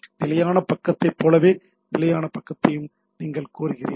நிலையான பக்கத்தைப் போலவே நிலையான பக்கத்தையும் நீங்கள் கோருகிறீர்கள்